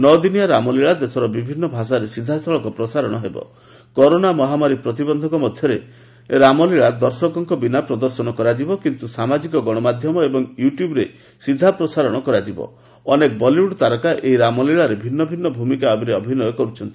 ନଅ ଦିନିଆ ରାମଲୀଳା ଦେଶର ବିଭିନ୍ନ ଭାଷାରେ ସିଧା ପ୍ରସାରଣ ହେବା କରୋନା ମହାମାରୀ ପ୍ରତିବନ୍ଧକ ମଧ୍ୟରେ ରାମଲୀଳା ଦର୍ଶକଙ୍କ ବିନା ପ୍ରଦର୍ଶନ କରାଯିବ କିନ୍ତୁ ସାମାର୍ଚ୍ଚିକ ଗଶମାଧ୍ୟମ ୍ର୍ବଂ ୟୁଟ୍ୟବରେ ସିଧା ପ୍ରସାରଣ କରାଯିବା ଅନେକ ବଲିଉଡ ତାରକା ଏହି ରାମଲୀଳାରେ ଭିନ୍ନ ଭିନ୍ନ ଭୂମିକା ଗ୍ରହଣ କରିବେ